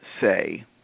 say